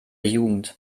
jugend